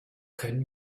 können